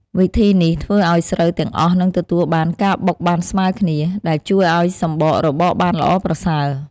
វិធីនេះ ធ្វើឲ្យស្រូវទាំងអស់នឹងទទួលបានការបុកបានស្មើគ្នា ដែលជួយឱ្យសម្បករបកបានល្អប្រសើរ។